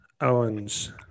Owens